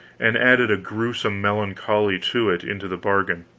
and added a grewsome melancholy to it into the bargain.